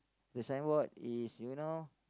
the sign board is you know